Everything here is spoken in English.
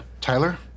Tyler